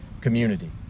community